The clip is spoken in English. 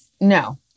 no